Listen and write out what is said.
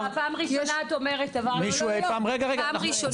פעם ראשונה, את אומרת דבר כזה, פעם ראשונה.